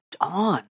on